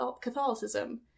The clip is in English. catholicism